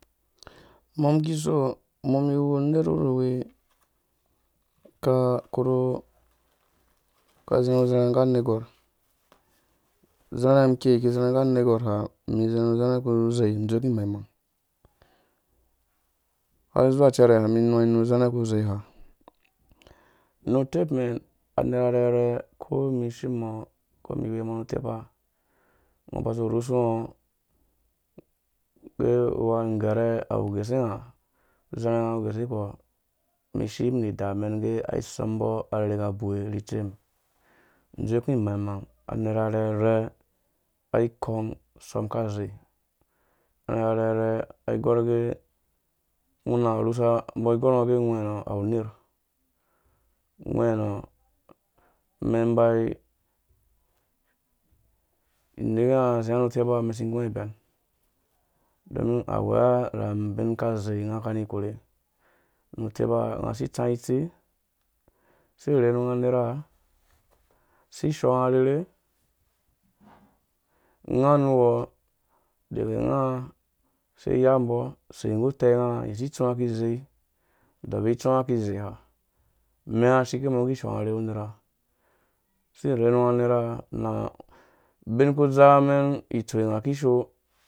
Umɛn iki iso, umum iwu uner wuruwi, ka kurhu, ka zarhũ zãrhã nggu anergwai, uzarhã mum ikɛi iki izarhã nggu anergwar na izarhũ zarhã uku zei idzowukũ imng-mang har zuwa ucɛra umum izarhu zarha imang-mang ha nu tep mɛn amera arherha uko mum ishim umɔ̃ uko umum iwemõ nu utepa, ungo uba uzi urhusungo, uge ungɛrɛ awe gusenga, uzarha nga uwu uguse kpɔɔ mum ishimum ni ida amɛn ngge asɔmmbo arherhe aka bewe ni tsimum, ĩzowukũ imang-mang anera arherhe ai gɔr agɛ, ungo una rhusa, umbɔ aigɔr ngo age ngwea awu uner ungwɛ ã nɔ̃ umɛn imbai ineke unga aziã nu utepa umɛn isu igũmen ibɛm domin awea na bin aka zei aka ani ikorhe nu utepa nga ai itsaã itsi, asi irhehunga unera asi ishonga arherhe, unga nuwo udega nga usei iyambo asei nggu utenga ayesi ituwa iki izei adɔpi itsuũ ã iki izea amẽnga ashike mɔ̃ ngu hong arherhe nggu unera, asi irhehunga unera na ubin uku udzamɛn itoia ikishoo